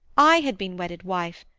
i had been wedded wife,